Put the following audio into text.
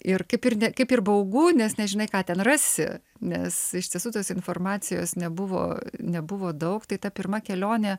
ir kaip ir ne kaip ir baugu nes nežinai ką ten rasi nes iš tiesų tos informacijos nebuvo nebuvo daug tai ta pirma kelionė